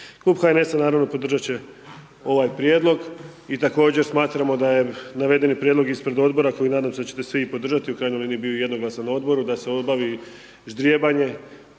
da ćete svi podržati ovaj prijedlog i također smatramo da je navedeni prijedlog ispred odbora koji nadam se da ćete svi podržati, u krajnjoj liniji bio je jednoglasan u odboru da se obavi ždrijebanje,